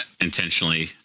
intentionally